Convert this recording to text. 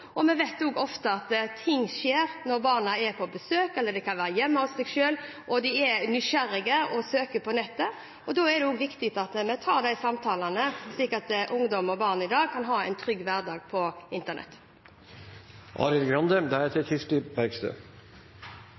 og hver i denne salen – at ting ofte skjer når barna er på besøk, eller de kan være hjemme hos seg selv, de er nysgjerrige, og de søker på nettet. Da er det viktig at vi tar de samtalene, slik at ungdom og barn i dag kan ha en trygg hverdag på internett. Arild Grande